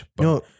No